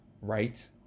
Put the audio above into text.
right